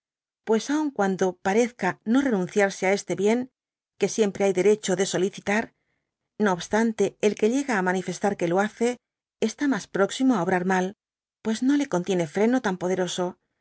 pues aun cuando pa rezca no renunciarse á este bien que siempre hay derecho de solicitar no obstante el que llega á manifestar que lo hace está mas próximo á brar mal pues no le contiene freno tan poderoso